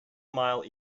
mile